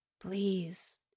Please